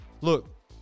Look